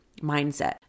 mindset